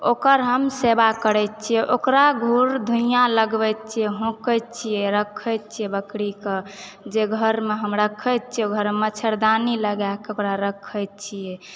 ओकर हम सेवा करैत छियै ओकरा घूर धुइयाँ लगबैत छियै हौंकैत छियै रखैत छियै बकरीकऽ जै घरमे हम रखैत छियै ओहि घरमे मच्छरदानी लगायकऽ ओकरा रखैत छियै